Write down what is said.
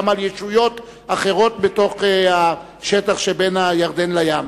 על ישויות אחרות בתוך השטח שבין הירדן לים.